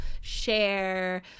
share